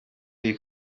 iyi